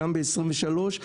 גם ב-23,